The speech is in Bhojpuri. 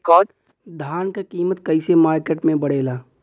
धान क कीमत कईसे मार्केट में बड़ेला?